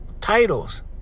titles